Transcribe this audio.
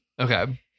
Okay